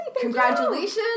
congratulations